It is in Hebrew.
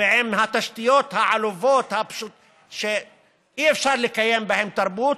ועם התשתיות העלובות שאי-אפשר לקיים בהן תרבות,